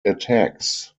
attacks